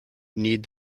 need